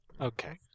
Okay